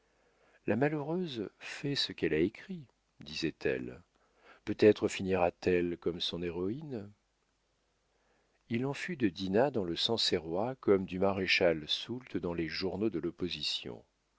la malheureuse fait ce qu'elle a écrit disait-elle peut-être finira t elle comme son héroïne il en fut de dinah dans le sancerrois comme du maréchal soult dans les journaux de l'opposition